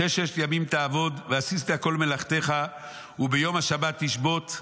ששת ימים תעבוד ועשית כל מלאכתך וביום השבת תשבות,